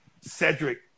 Cedric